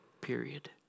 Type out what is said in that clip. Period